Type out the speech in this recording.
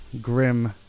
grim